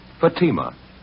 Fatima